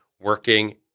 working